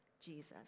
Jesus